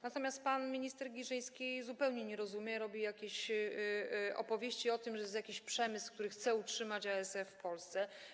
Natomiast pan minister Giżyński zupełnie nie rozumie, robi jakieś opowieści o tym, że jest jakiś przemysł, który chce utrzymać ASF w Polsce.